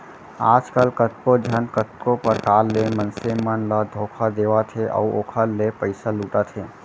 आजकल कतको झन कतको परकार ले मनसे मन ल धोखा देवत हे अउ ओखर ले पइसा लुटत हे